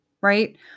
right